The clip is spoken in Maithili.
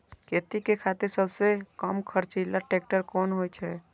खेती के खातिर सबसे कम खर्चीला ट्रेक्टर कोन होई छै?